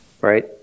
right